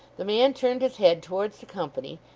the man turned his head towards the company,